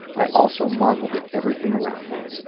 i also marveled at everything around me.